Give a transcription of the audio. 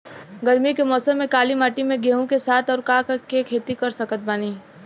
गरमी के मौसम में काली माटी में गेहूँ के साथ और का के खेती कर सकत बानी?